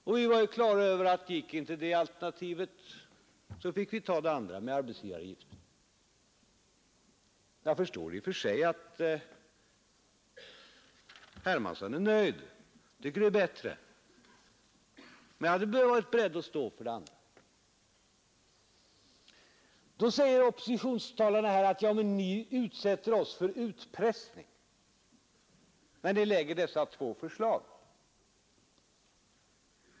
Och vi var ju klara över att gick inte det alternativet igenom så fick vi ta det andra, med arbetsgivaravgiften. Jag förstår i och för sig att herr Hermansson är nöjd, att han tycker det sistnämnda alternativet är bättre. Men jag hade varit beredd att stå för det andra. Då säger oppositionstalarna här att vi utsätter dem för utpressning när vi lägger dessa två förslag.